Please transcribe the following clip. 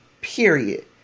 Period